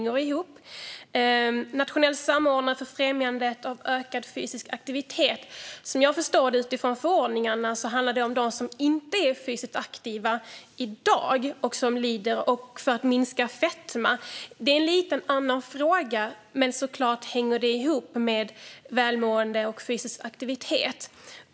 Att ha en nationell samordnare för att främja ökad fysisk aktivitet handlar, som jag förstår det utifrån förordningarna, om att aktivera dem som inte är fysiskt aktiva i dag och om att minska fetma. Det är en lite annan fråga, men det hänger såklart ihop med välmående och fysisk aktivitet.